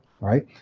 right